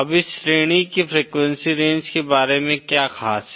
अब इस श्रेणी की फ्रीक्वेंसी रेंज के बारे में क्या खास है